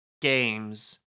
games